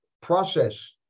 process